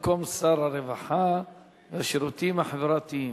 במקום שר הרווחה והשירותים החברתיים.